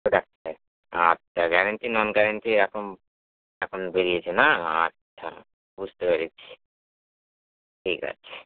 প্রোডাক্টায় আচ্ছা guarantee non guarantee এখন এখন বেরিয়েছে না আচ্ছা বুঝতে পেরেছি ঠিক আছে